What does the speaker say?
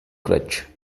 crutch